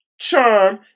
charm